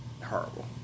horrible